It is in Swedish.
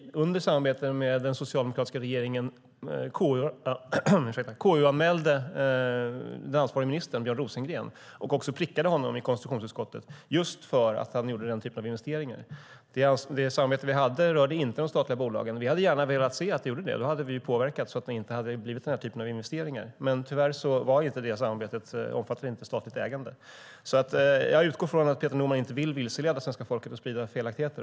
Under samarbetet med den socialdemokratiska regeringen KU-anmälde vi till och med den ansvarige ministern Björn Rosengren och prickade honom i konstitutionsutskottet just för att han gjorde den typen av investeringar. Det samarbete vi hade rörde inte de statliga bolagen. Vi hade gärna velat se att det gjorde det. Då hade vi påverkat så att det inte hade blivit denna typ av investeringar. Tyvärr omfattade inte det samarbetet statligt ägande. Jag utgår från att Peter Norman inte vill vilseleda svenska folket och sprida felaktigheter.